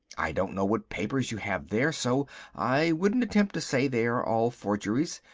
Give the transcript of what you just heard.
i don't know what papers you have there, so i wouldn't attempt to say they are all forgeries.